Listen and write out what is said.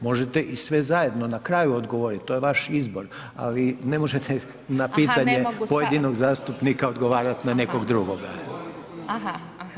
Možete i sve zajedno na kraju odgovoriti, to je vaš izbor, ali ne možete na pitanje, pojedinog zastupnika odgovarati na nekog drugoga.